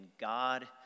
God